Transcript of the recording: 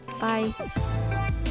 Bye